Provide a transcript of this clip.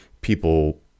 people